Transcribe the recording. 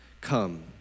come